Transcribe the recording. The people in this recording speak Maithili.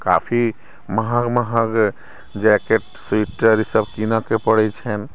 काफी महग महग जैकेट स्वेटर ईसभ किनयके पड़ैत छन्हि